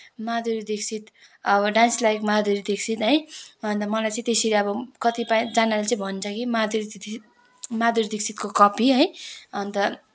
माधुरी दीक्षित अब dance like Madhuri Dixit है अन्त मलाई चाहिँ त्यसरी अब कतिपय जान्नेले भन्छ कि माधुरी दीक्षित माधुरी दीक्षितको कपी है अन्त